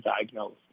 diagnosed